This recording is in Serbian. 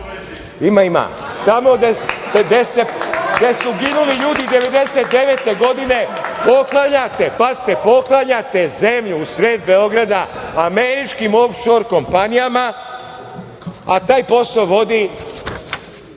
Ima, ima. Tamo gde su ginuli ljudi 1999. godine poklanjate, pazite, poklanjate zemlju u sred Beograda američkim ofšor kompanijama, a taj posao vodi